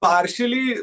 Partially